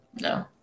No